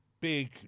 big